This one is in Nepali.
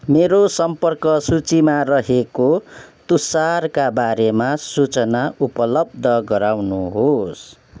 मेरो सम्पर्क सूचीमा रहेको तुसारका बारेमा सूचना उपलब्ध गराउनुहोस्